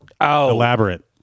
elaborate